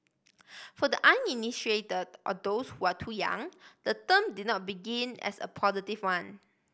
for the uninitiated or those who are too young the term did not begin as a positive one